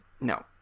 no